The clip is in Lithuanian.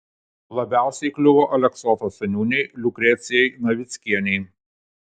labiausiai kliuvo aleksoto seniūnei liukrecijai navickienei